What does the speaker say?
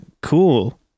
cool